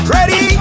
Ready